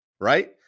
right